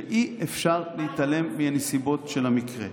ואי-אפשר להתעלם מהנסיבות של המקרה.